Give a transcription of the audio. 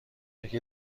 یکی